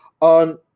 on